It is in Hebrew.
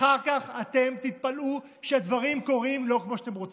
אחרי זה מתפלאים מה קורה שנתיים אחרי.